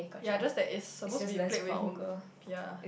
ya just that is supposed to be played with ya